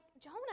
Jonah